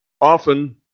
often